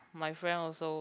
my friend also